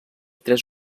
tres